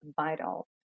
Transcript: vital